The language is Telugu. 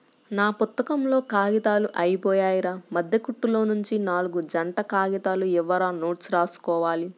నా పుత్తకంలో కాగితాలు అయ్యిపొయ్యాయిరా, మద్దె కుట్టులోనుంచి నాల్గు జంట కాగితాలు ఇవ్వురా నోట్సు రాసుకోవాలి